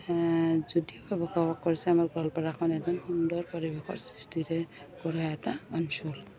যদিও বসবাস কৰিছে আমাৰ গোৱালপাৰাখন এখন সুন্দৰ পৰিৱেশৰ সৃষ্টিৰে গঢ়া এটা অঞ্চল